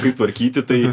kaip tvarkyti tai